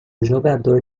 jogador